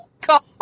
God